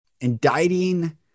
indicting